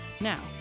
Now